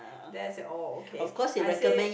then I say oh okay I say